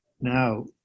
now